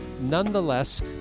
nonetheless